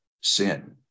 sin